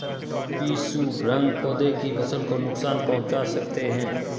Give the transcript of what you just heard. पिस्सू भृंग पौधे की फसल को नुकसान पहुंचा सकते हैं